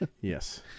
Yes